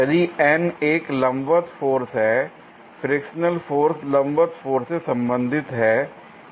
यदि N एक लंबवत फोर्स है फ्रिक्शनल फोर्स लंबवत फोर्स से संबंधित है क्या यह नहीं है